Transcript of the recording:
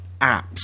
apps